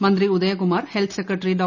മന്ത്രി Udayakumar health secretary ഡോ